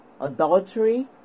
adultery